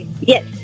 Yes